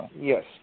Yes